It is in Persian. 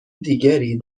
دیگری